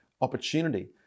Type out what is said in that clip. opportunity